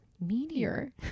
Meteor